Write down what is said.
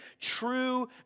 true